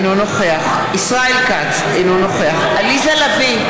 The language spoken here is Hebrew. אינו נוכח ישראל כץ, אינו נוכח עליזה לביא,